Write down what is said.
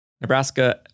Nebraska